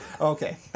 Okay